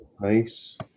Nice